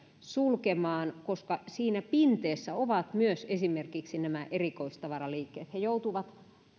sulkemaan koska siinä pinteessä ovat myös esimerkiksi nämä erikoistavaraliikkeet he joutuvat